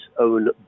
own